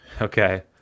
Okay